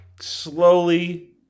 slowly